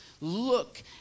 look